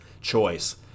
choice